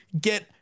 get –